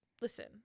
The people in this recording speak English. listen